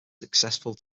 successful